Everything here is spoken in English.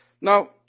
Now